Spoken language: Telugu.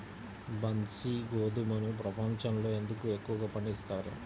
బన్సీ గోధుమను ప్రపంచంలో ఎందుకు ఎక్కువగా పండిస్తారు?